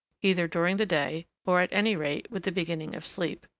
either during the day or at any rate with the beginning of sleep,